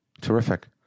Terrific